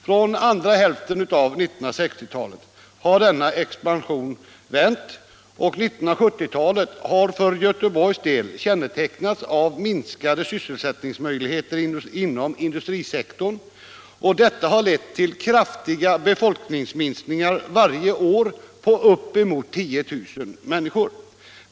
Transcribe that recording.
Från andra hälften av 1960-talet har denna expansion vänt, och 1970-talet har för Göteborgs del kännetecknats av en minskning av sysselsättningsmöjligheterna inom industrisektorn, vilket har lett till kraftiga befolkningsminskningar på uppemot 10 000 människor per år.